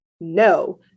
no